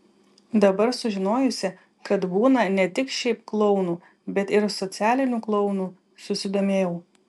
dabar sužinojusi kad būna ne tik šiaip klounų bet ir socialinių klounų susidomėjau